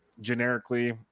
generically